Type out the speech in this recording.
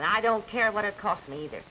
and i don't care what it costs me either